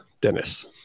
Dennis